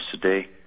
today